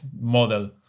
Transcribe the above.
model